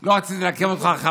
לא רציתי לעכב אותך,